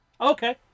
okay